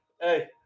Hey